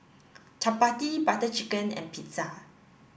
Chapati Butter Chicken and Pizza